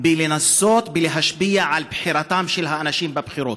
בלנסות להשפיע על בחירתם של האנשים בבחירות.